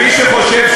מה זה קשור?